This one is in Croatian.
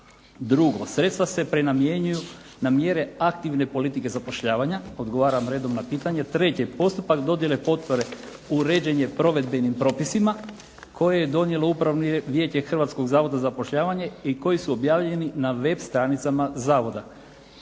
Drugo, sredstva se prenamjenjuju na mjere aktivne politike zapošljavanja. Odgovaram redom na pitanje. Treće, postupak dodjele potpore uređen je provedbenim propisima koje je donijelo Upravo vijeće Hrvatskog zavoda za zapošljavanje i koji su objavljeni na web stranicama zavoda.